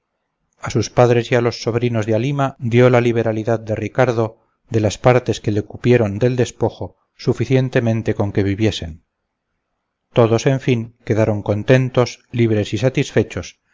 a sus padres y a los sobrinos de halima dio la liberalidad de ricardo de las partes que le cupieron del despojo suficientemente con que viviesen todos en fin quedaron contentos libres y satisfechos